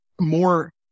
more